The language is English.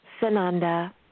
Sananda